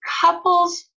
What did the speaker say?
couples